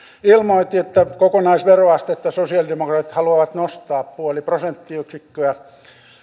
ilmoitti että kokonaisveroastetta sosialidemokraatit haluavat nostaa puoli prosenttiyksikköä